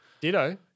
Ditto